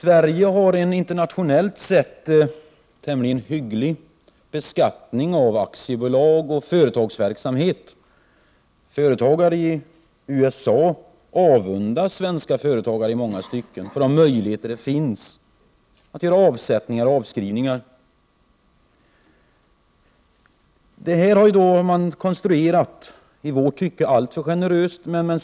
Herr talman! Internationellt sett har Sverige en tämligen hygglig beskattning av aktiebolag och företagsverksamhet. Företagare i USA avundas svenska företagare i många stycken när det gäller möjligheterna att göra avsättningar och avskrivningar. I vårt tycke är systemet alltför generöst.